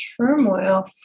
turmoil